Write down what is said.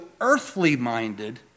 earthly-minded